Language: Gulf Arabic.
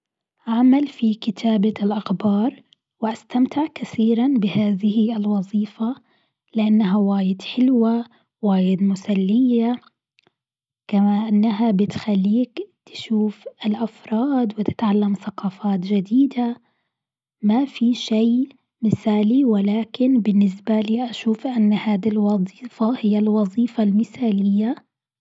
أعمل في كتابة الأخبار واستمتع كثيرا بهذه الوظيفة، لأنها واجد حلوة واجد مسلية، كما إنها بتخليك تشوف الأفراد وتتعلم ثقافات جديدة، ما في شيء مثالي ولكن بالنسبة لي أشوف إن هذي الوظيفة هي الوظيفة المثالية.